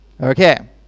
Okay